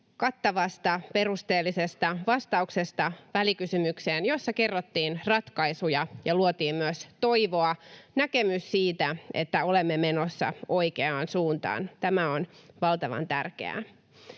kattavasta, perusteellisesta vastauksesta välikysymykseen, jossa kerrottiin ratkaisuja ja luotiin myös toivoa, näkemys siitä, että olemme menossa oikeaan suuntaan. Tämä on valtavan tärkeää.